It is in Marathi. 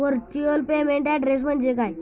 व्हर्च्युअल पेमेंट ऍड्रेस म्हणजे काय?